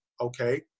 Okay